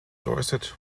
dorset